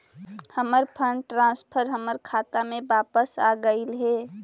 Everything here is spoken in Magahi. हमर फंड ट्रांसफर हमर खाता में वापस आगईल हे